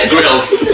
Grills